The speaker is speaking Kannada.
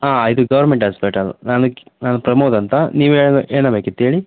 ಹಾಂ ಇದು ಗವರ್ನಮೆಂಟ್ ಹಾಸ್ಪಿಟಲ್ ನಾನು ಕ್ ನಾನು ಪ್ರಮೋದ್ ಅಂತ ನೀವು ಏನಾಗ ಬೇಕಿತ್ತು ಹೇಳಿ